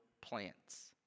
plants